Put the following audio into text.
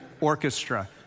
orchestra